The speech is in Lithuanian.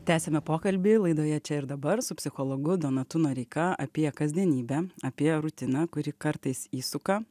tęsiame pokalbį laidoje čia ir dabar su psichologu donatu noreika apie kasdienybę apie rutiną kurį kartais įsuka